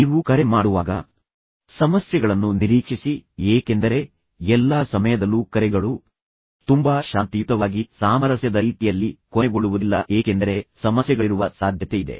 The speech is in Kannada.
ನೀವು ಕರೆ ಮಾಡುವಾಗ ಸಮಸ್ಯೆಗಳನ್ನು ನಿರೀಕ್ಷಿಸಿ ಏಕೆಂದರೆ ಎಲ್ಲಾ ಸಮಯದಲ್ಲೂ ಕರೆಗಳು ತುಂಬಾ ಶಾಂತಿಯುತವಾಗಿ ಸಾಮರಸ್ಯದ ರೀತಿಯಲ್ಲಿ ಕೊನೆಗೊಳ್ಳುವುದಿಲ್ಲ ಏಕೆಂದರೆ ಸಮಸ್ಯೆಗಳಿರುವ ಸಾಧ್ಯತೆಯಿದೆ